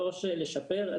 לא שלשפר,